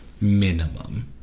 Minimum